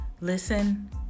listen